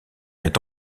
est